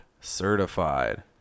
Certified